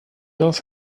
love